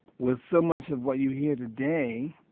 was so much of what you hear today,